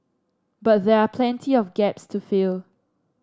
but there are plenty of gaps to fill